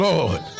Lord